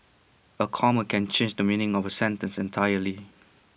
A comma can change the meaning of A sentence entirely